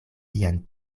sian